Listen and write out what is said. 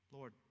Lord